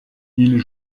ils